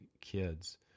kids